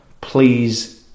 please